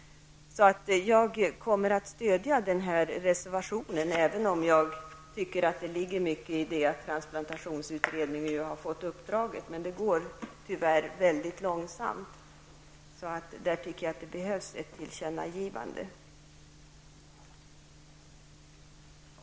Jag kommer att stödja den här reservationen, även om jag tycker att det ligger mycket i att transplantationsutredningen nu har fått uppdraget. Men det går tyvärr mycket långsamt. Där tycker jag att det behövs ett tillkännagivande.